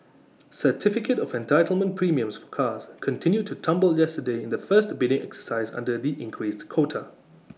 certificate of entitlement premiums for cars continued to tumble yesterday in the first bidding exercise under the increased quota